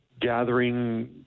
gathering